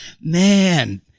man